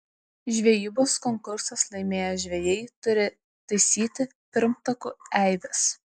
žvejybos konkursus laimėję žvejai turi taisyti pirmtakų eibes